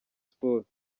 sports